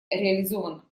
реализовано